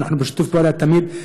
ואנחנו בשיתוף פעולה תמיד.